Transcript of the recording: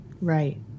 right